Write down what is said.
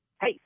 hey